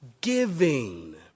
giving